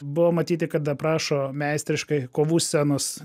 buvo matyti kada prašo meistriškai kovų scenos